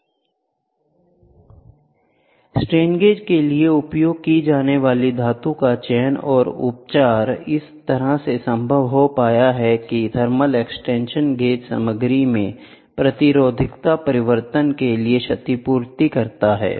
strain gauge के लिए उपयोग की जाने वाली धातुओं का चयन और उपचार इस तरह से संभव हो पाया है कि थर्मल एक्सपेंशन गेज सामग्री में प्रतिरोधकता परिवर्तन के लिए क्षतिपूर्ति करता है